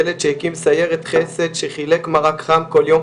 ילד שהקים סיירת חסד שחילק מרק חם כל יום